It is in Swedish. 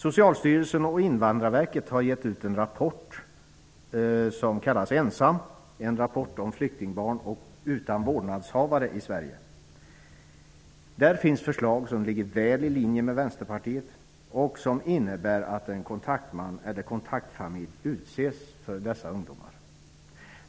Socialstyrelsen och Invandrarverket har gett ut en rapport som kallas Ensam, en rapport om flyktingbarn utan vårdnadshavare i Sverige. I den finns förslag som ligger väl i linje med Vänsterpartiets och som innebär att en kontaktman eller kontaktfamilj utses för dessa ungdomar.